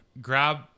grab